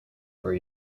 for